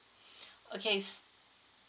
okay